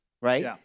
right